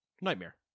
Nightmare